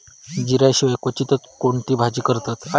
जिऱ्या शिवाय क्वचितच कोणती भाजी करतत